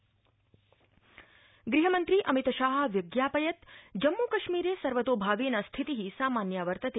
गहमन्त्री गृहमन्त्री अमितशाह व्यज्ञापयत् जम्मूकश्मीरे सर्वतोभावेन स्थिति सामान्या वर्तते